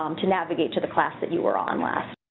um to navigate to the class that you are on last.